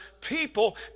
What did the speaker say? people